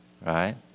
Right